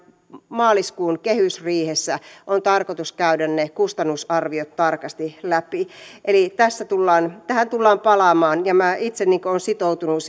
maaliskuun kehysriihessä on tarkoitus käydä ne kustannusarviot tarkasti läpi eli tähän tullaan palaamaan ja minä itse olen sitoutunut